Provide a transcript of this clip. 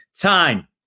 time